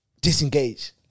disengage